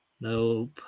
Nope